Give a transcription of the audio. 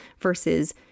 versus